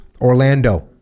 Orlando